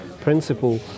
principle